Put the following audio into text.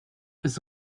ist